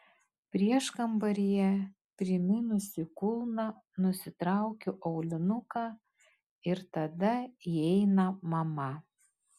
prieškambaryje primynusi kulną nusitraukiu aulinuką ir tada įeina mama